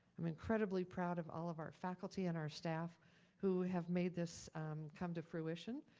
i'm incredibly proud of all of our faculty and our staff who have made this come to fruition.